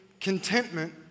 contentment